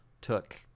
took